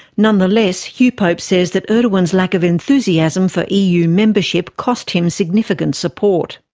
nonetheless, hugh pope says that erdogan's lack of enthusiasm for eu membership cost him significant support.